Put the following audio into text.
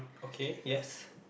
okay yes